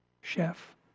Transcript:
chef